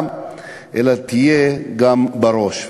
אלא תהיה בראש,